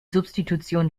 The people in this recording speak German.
substitution